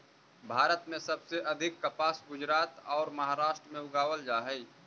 भारत में सबसे अधिक कपास गुजरात औउर महाराष्ट्र में उगावल जा हई